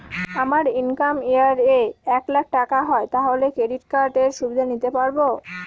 আমার income year এ এক লাক টাকা হয় তাহলে ক্রেডিট কার্ড এর সুবিধা নিতে পারবো?